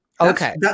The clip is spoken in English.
Okay